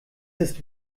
ist